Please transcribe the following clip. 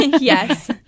Yes